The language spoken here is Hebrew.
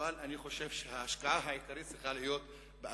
אבל אני חושב שההשקעה העיקרית צריכה להיות באדם.